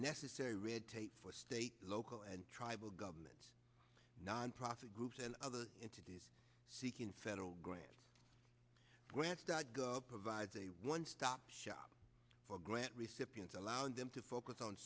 necessary red tape for state local and tribal governments nonprofit groups and other entities seeking federal grant grants dot gov provides a one stop shop for grant recipients allowing them to focus on